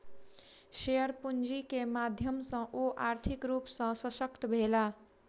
share पूंजी के माध्यम सॅ ओ आर्थिक रूप सॅ शशक्त भेला